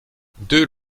deux